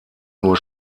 nur